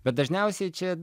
bet dažniausiai čia